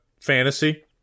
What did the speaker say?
Fantasy